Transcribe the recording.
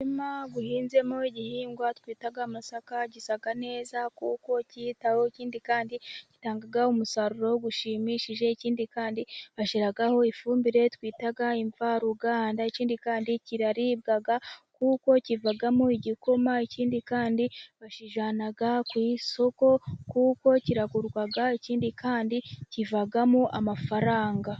Umurima ma uhinzemo igihingwa twita amasaka gisa neza kuko kitaweho. Ikindi kandi gitangaga umusaruro ushimishije. Ikindi kandi bashyiraho ifumbire twita imvaruganda. ikindi kandi kiraribwa kuko kivamo igikoma. ikindi kandi bakijyana ku isoko kuko kiragurwa. ikindi kandi kivamo amafaranga.